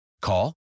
Call